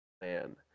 man